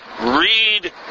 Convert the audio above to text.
Read